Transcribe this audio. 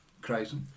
Crazy